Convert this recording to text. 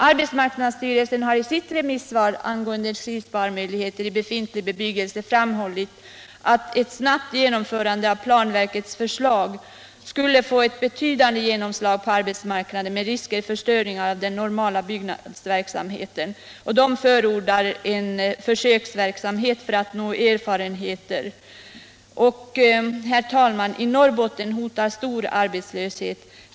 Arbetsmarknadsstyrelsen har i sitt remissvar angående energisparmöjligheter i befintlig bebyggelse framhållit att ett snabbt genomförande av planverkets förslag skulle få ett betydande genomslag på arbetsmarknaden med risker för störningar av den normala byggnadsverksamheten. AMS förordar därför en försöksverksamhet som kan ge viktiga erfarenheter på området. Herr talman! I Norrbotten hotar stor arbetslöshet.